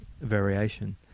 variation